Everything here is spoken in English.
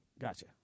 Gotcha